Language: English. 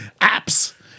apps